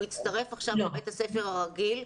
הוא הצטרף עכשיו לבית הספר הרגיל,